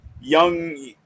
young